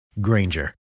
Granger